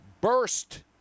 burst